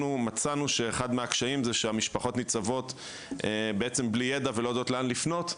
מצאנו שאחד מהקשיים הוא שהמשפחות ניצבות בלי ידע ולא יודעות לאן לפנות.